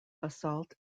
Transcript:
basalt